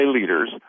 leaders